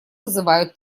вызывают